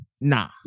nah